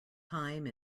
time